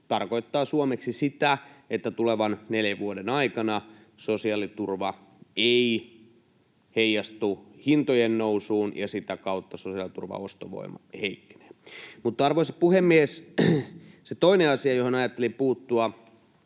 tarkoittaa suomeksi sitä, että tulevan neljän vuoden aikana sosiaaliturva ei heijastu hintojen nousuun ja sitä kautta sosiaaliturvan ostovoima heikkenee. Mutta, arvoisa puhemies, se toinen asia, johon ajattelin puuttua,